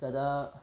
तदा